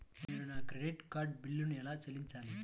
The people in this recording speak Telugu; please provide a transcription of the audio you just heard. నేను నా క్రెడిట్ కార్డ్ బిల్లును ఎలా చెల్లించాలీ?